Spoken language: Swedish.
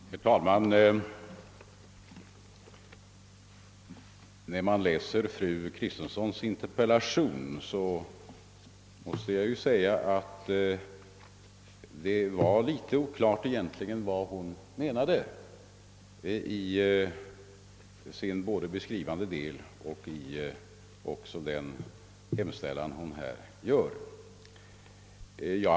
Herr talman! När jag läste fru Kristenssons interpellation var det åtminstone för mig litet oklart vad hon egentligen menade såväl i den beskrivande delen som i själva frågan.